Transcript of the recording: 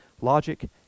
logic